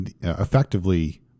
effectively